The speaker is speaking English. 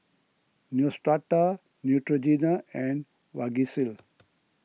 Neostrata Neutrogena and Vagisil